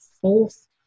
fourth